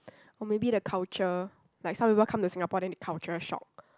or maybe the culture like some people come to Singapore then they culture shock